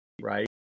right